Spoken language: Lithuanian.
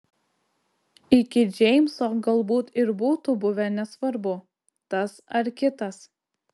iki džeimso galbūt ir būtų buvę nesvarbu tas ar kitas